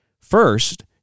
First